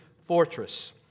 fortress